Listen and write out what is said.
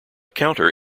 counter